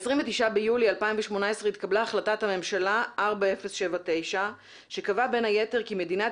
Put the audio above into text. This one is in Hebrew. ב-29 ביולי 2018 התקבלה החלטת הממשלה 4079 שקבעה בין היתר כי מדינת